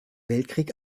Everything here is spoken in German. weltkrieg